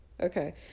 Okay